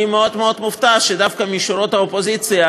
אני מאוד מאוד מופתע שדווקא משורות האופוזיציה